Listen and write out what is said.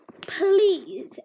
please